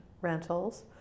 rentals